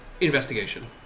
investigation